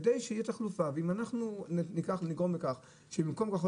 כדי שתהיה תחלופה ואם אנחנו ניקח או נגרום לכך שבמקום כחול